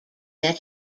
met